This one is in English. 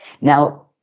Now